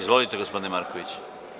Izvolite gospodine Markoviću.